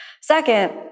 second